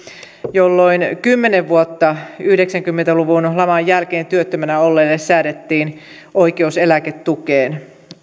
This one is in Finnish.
jolloin kymmenen vuotta yhdeksänkymmentä luvun laman jälkeen työttömänä olleille säädettiin oikeus eläketukeen